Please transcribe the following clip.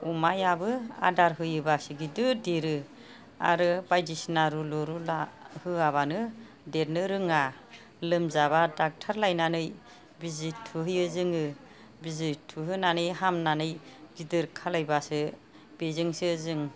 अमायाबो आदार होयोबासो गिदिर देरो आरो बायदिसिना रुलु रुला होयाबानो देरनो रोङा लोमजाबा डाक्टार लायनानै बिजि थुहैयो जोङो बिजि थुहोनानै हामनानै गिदिर खालामबासो बिजोंसो जों